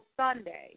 sunday